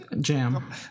Jam